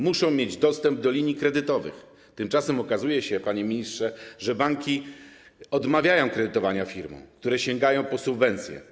Muszą mieć dostęp do linii kredytowych, tymczasem okazuje się, panie ministrze, że banki odmawiają kredytowania firmom, które sięgają po subwencje.